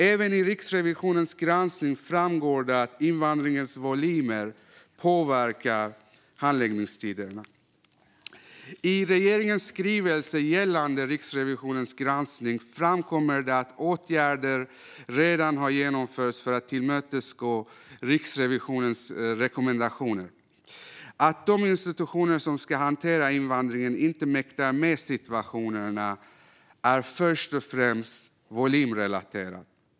Även i Riksrevisionens granskning framgår det att invandringens volymer påverkar handläggningstiderna. I regeringens skrivelse gällande Riksrevisionens granskning framkommer det att åtgärder redan har genomförts för att tillmötesgå Riksrevisionens rekommendationer. Att de institutioner som ska hantera invandringen inte mäktar med situationen är först och främst volymrelaterat.